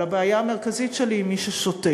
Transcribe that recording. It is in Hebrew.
אבל הבעיה המרכזית שלי היא עם מי ששותק,